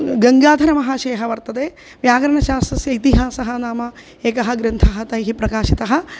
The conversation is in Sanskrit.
गङ्गाधरमहाशयः वर्तते व्याकरणशास्त्रस्य इतिहासः नाम एकः ग्रन्थः तैः प्रकाशितः